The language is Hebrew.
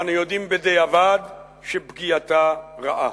ואנו יודעים בדיעבד שפגיעתה רעה.